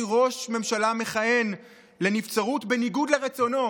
ראש ממשלה מכהן לנבצרות בניגוד לרצונו,